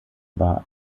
war